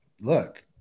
look